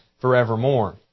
forevermore